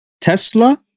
Tesla